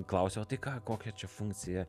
klausia o tai ką kokią čia funkciją